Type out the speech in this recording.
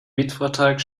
mietvertrag